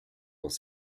dans